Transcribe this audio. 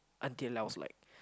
until I was like